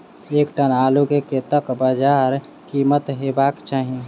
एक टन आलु केँ कतेक बजार कीमत हेबाक चाहि?